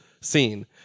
scene